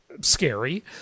scary